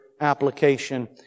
application